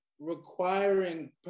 requiring